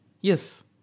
Yes